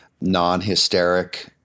non-hysteric